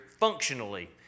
functionally